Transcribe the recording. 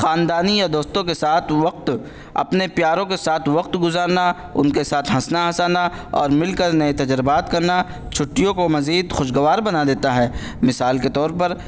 خاندان یا دوستوں کے ساتھ وقت اپنے پیاروں کے ساتھ وقت گزارنا ان کے ساتھ ہنسنا ہنسانا اور مل کر نئے تجربات کرنا چھٹیوں کو مزید خوشگوار بنا دیتا ہے مثال کے طور پر